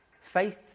Faith